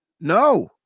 No